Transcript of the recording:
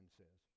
says